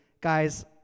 guys